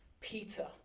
Peter